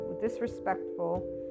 disrespectful